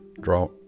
Draw